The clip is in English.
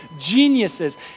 geniuses